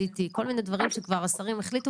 CT וכל מיני דברים שהשרים כבר החליטו